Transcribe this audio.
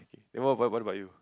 what about what about you